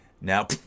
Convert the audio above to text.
now